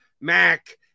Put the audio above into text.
Mac